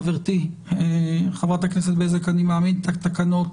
חברתי, חברת הכנסת בזק, אני מעמיד את התקנות